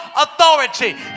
authority